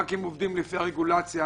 הבנקים עובדים לפי הרגולציה.